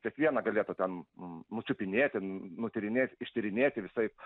kiekvieną galėtų ten nučiupinėti nutyrinėt ištyrinėti visaip